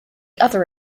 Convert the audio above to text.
other